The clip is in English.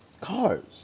cars